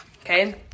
Okay